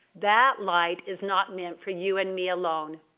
that light is not meant for you and me alone.